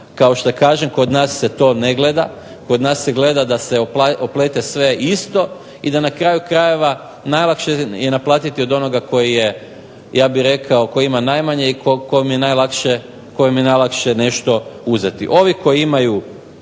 kao što kažem kod nas se to ne gleda, kod nas se gleda da se oplete sve isto i da na kraju krajeva najlakše je naplatiti od onoga koji je ja bih rekao koji ima najmanje i kojem je najlakše nešto uzeti. Ovi koji imaju